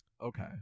Okay